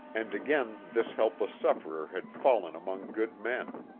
and again this helpless sufferer had fallen among good men.